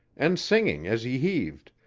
and singing, as he heaved,